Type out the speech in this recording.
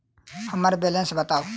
हम्मर बैलेंस बताऊ